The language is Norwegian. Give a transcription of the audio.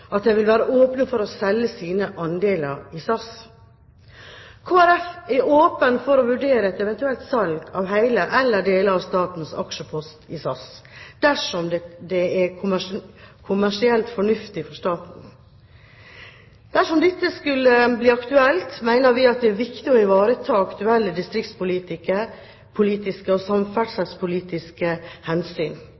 at den vil være åpen for å selge sine andeler i SAS. Kristelig Folkeparti er åpen for å vurdere et eventuelt salg av hele eller deler av statens aksjepost i SAS, dersom det er kommersielt fornuftig for staten. Dersom dette skulle bli aktuelt, mener vi at det er viktig å ivareta aktuelle distriktspolitiske og